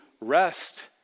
rest